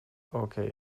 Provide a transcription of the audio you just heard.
okej